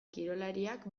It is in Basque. kirolariak